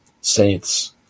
saints